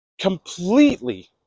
completely